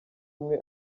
umwe